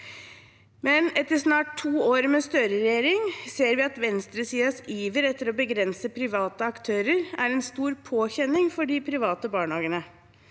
Men – etter snar to år med Støre-regjering ser vi at venstresidens iver etter å begrense private aktører er en stor påkjenning for de private barnehagene.